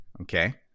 okay